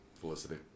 Felicity